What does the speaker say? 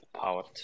powered